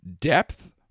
depth